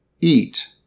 eat